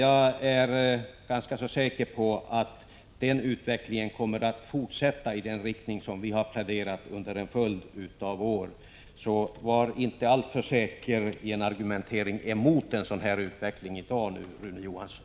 Jag är ganska säker på att utvecklingen kommer att fortsätta i den riktning som vi under en följd av år har pläderat för. Var alltså inte alltför säker i en argumentering mot en sådan utveckling, Rune Johansson!